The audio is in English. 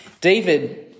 David